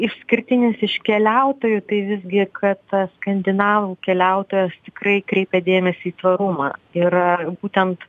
išskirtinis iš keliautojų tai visgi kad tas skandinavų keliautojas tikrai kreipia dėmesį į tvarumą ir būtent